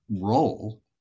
role